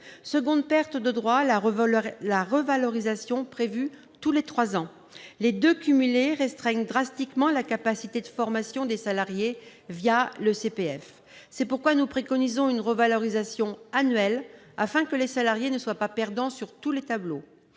Seconde perte de droits : la revalorisation prévue tous les trois ans. Ces deux éléments cumulés restreignent drastiquement la capacité de formation des salariés le CPF. C'est pourquoi nous préconisons une revalorisation annuelle, afin que les salariés ne soient pas perdants sur tous les tableaux.